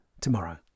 tomorrow